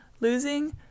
losing